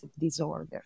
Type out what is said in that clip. disorder